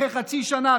אחרי חצי שנה,